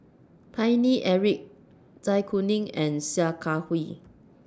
Paine Eric Zai Kuning and Sia Kah Hui